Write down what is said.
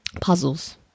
puzzles